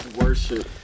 worship